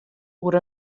oer